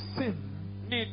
sin